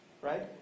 Right